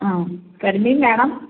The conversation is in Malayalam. ആ കരിമീൻ വേണം